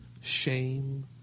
shame